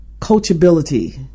coachability